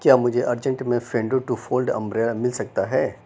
کیا مجھے ارجنٹ میں فینڈو ٹو فولڈ امبریلا مل سکتا ہے